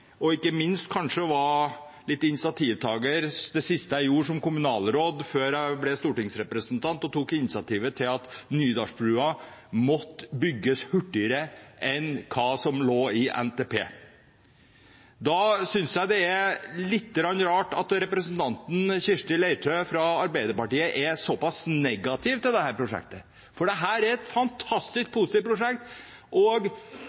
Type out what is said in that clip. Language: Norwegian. og ikke minst var initiativtaker til det, som det siste jeg gjorde som kommunalråd før jeg ble stortingsrepresentant – at Nydalsbrua måtte bygges hurtigere enn det som lå i NTP – synes jeg det er litt rart at representanten Kirsti Leirtrø fra Arbeiderpartiet er såpass negativ til prosjektet, for dette er et fantastisk positivt prosjekt. Bystyret i Trondheim har nesten enstemmig vedtatt det, og